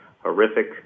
horrific